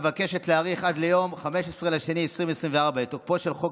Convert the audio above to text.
מבקשת להאריך עד ליום 15 בפברואר 2024 את תוקפו של חוק